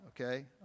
okay